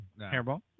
Hairball